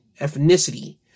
ethnicity